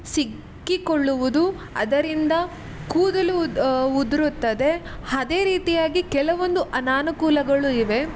ಸಿಕ್ಕಿಕೊಳ್ಳುವುದು ಅದರಿಂದ ಕೂದಲು ಉದ್ ಉದುರುತ್ತದೆ ಅದೇ ರೀತಿಯಾಗಿ ಕೆಲವೊಂದು ಅನಾನುಕೂಲಗಳು ಇವೆ